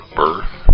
birth